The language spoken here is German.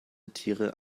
tiere